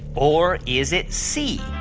or is it c,